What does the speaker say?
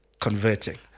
converting